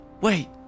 Wait